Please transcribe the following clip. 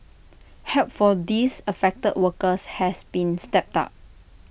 help for these affected workers has been stepped up